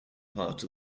part